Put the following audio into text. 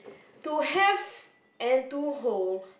to have and to hold